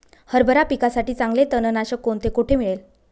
हरभरा पिकासाठी चांगले तणनाशक कोणते, कोठे मिळेल?